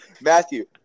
Matthew